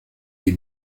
des